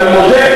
אבל אני מודה,